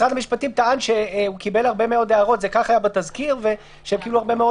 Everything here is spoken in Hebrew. משרד המשפטים טען שכך זה היה בתזכיר והם קיבלו הרבה מאוד